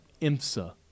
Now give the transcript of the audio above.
IMSA